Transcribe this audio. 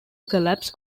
collapse